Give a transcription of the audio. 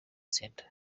center